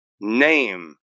name